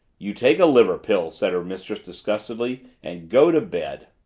you take a liver pill, said her mistress disgustedly, and go to bed.